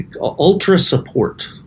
ultra-support